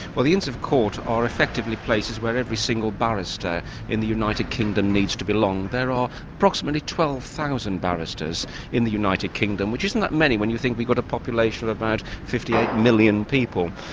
well the inns of court are effectively places where every single barrister in the united kingdom needs to belong. there are approximately twelve thousand barristers in the united kingdom, which isn't that many when you think we've got a population of about fifty eight million people.